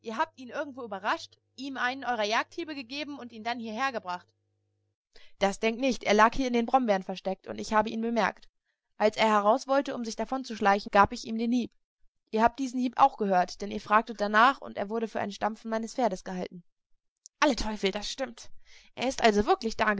habt ihn irgendwo überrascht ihm einen eurer jagdhiebe gegeben und ihn dann hierher gebracht das denkt nicht er lag hier in den brombeeren versteckt und ich habe ihn bemerkt als er heraus wollte um sich davonzuschleichen gab ich ihm den hieb ihr habt diesen hieb auch gehört denn ihr fragtet danach und er wurde für ein stampfen meines pferdes gehalten alle teufel das stimmt er ist also wirklich